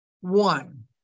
One